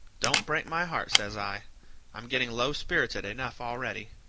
don't break my heart, says i i'm getting low-spirited enough already.